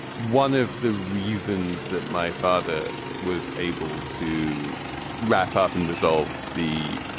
one of the reasons that my father was able to wrap up and dissolve the